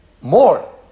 more